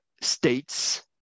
states